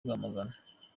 rwamagana